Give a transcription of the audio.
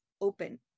open